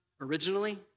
Originally